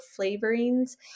flavorings